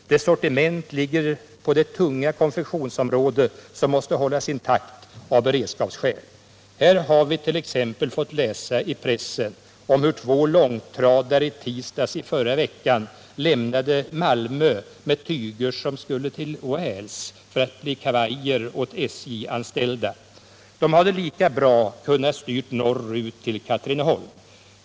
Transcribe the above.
Dess sortiment ligger på det tunga konfektionsområde som måste hållas intakt av beredskapsskäl. I detta sammanhang vill jag nämna att vi har fått läsa i pressen om hur två långtradare i tisdags i förra veckan lämnade Malmö med tyger som skulle till Wales för att bli kavajer åt SJ-anställda. Dessa långtradare Nr 49 hade lika väl kunnat styra norrut till Katrineholm.